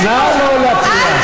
נא לא להפריע.